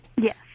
Yes